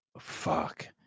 Fuck